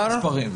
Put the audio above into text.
סגירת עיתון.